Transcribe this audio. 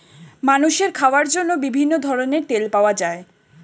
মানুষের খাওয়ার জন্য বিভিন্ন ধরনের তেল পাওয়া যায়